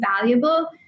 valuable